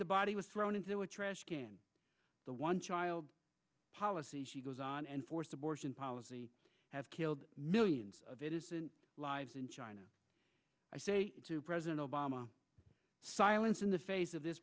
the body was thrown into a trash can the one child policy she goes on and forced abortion policy have killed millions of innocent lives in china i say to president obama silence in the face of this